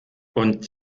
und